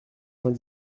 vingt